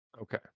Okay